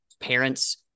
parents